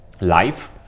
life